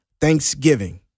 thanksgiving